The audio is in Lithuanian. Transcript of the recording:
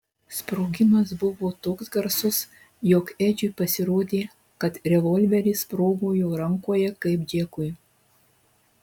sprogimas buvo toks garsus jog edžiui pasirodė kad revolveris sprogo jo rankoje kaip džekui